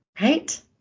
Right